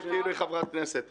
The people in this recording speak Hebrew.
היא מתנהגת כאילו חברת כנסת.